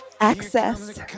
access